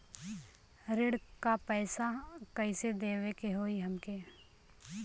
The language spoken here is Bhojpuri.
ऋण का पैसा कइसे देवे के होई हमके?